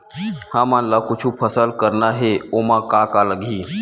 हमन ला कुछु फसल करना हे ओमा का का लगही?